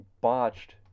botched